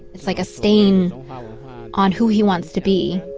it's like a stain on who he wants to be.